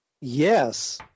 Yes